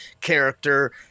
character